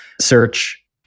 Search